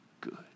good